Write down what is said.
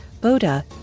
Boda